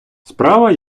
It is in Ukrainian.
справа